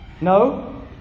No